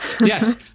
Yes